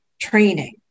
training